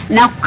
Now